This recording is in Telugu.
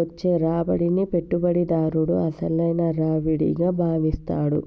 వచ్చే రాబడిని పెట్టుబడిదారుడు అసలైన రావిడిగా భావిస్తాడు